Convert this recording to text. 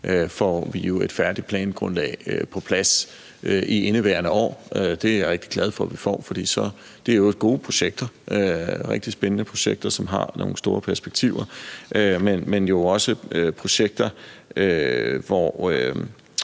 færdigt plangrundlag på plads i indeværende år. Det er jeg rigtig glad for at vi får. Det er i øvrigt gode projekter, rigtig spændende projekter, som har nogle store perspektiver, men det er jo også projekter, som